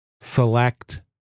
select